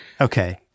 Okay